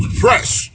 fresh